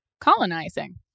colonizing